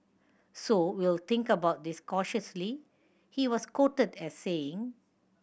so we'll think about this cautiously he was quoted as saying